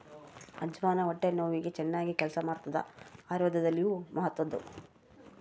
ಅಜ್ವಾನ ಹೊಟ್ಟೆ ನೋವಿಗೆ ಚನ್ನಾಗಿ ಕೆಲಸ ಮಾಡ್ತಾದ ಆಯುರ್ವೇದದಲ್ಲಿಯೂ ಮಹತ್ವದ್ದು